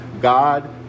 God